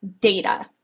data